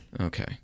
Okay